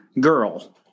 girl